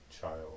child